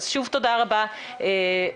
שוב, תודה רבה ולהתראות.